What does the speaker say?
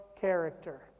character